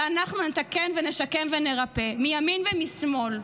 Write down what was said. ואנחנו נתקן ונשקם ונרפא, מימין ומשמאל.